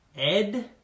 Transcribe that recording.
Ed